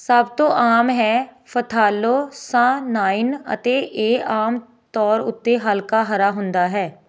ਸਭ ਤੋਂ ਆਮ ਹੈ ਫਥਾਲੋਸਾਨਾਈਨ ਅਤੇ ਇਹ ਆਮ ਤੌਰ ਉੱਤੇ ਹਲਕਾ ਹਰਾ ਹੁੰਦਾ ਹੈ